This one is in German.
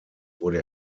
wurde